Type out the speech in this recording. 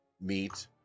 meat